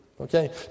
Okay